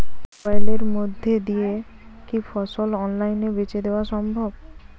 মোবাইলের মইধ্যে দিয়া কি ফসল অনলাইনে বেঁচে দেওয়া সম্ভব?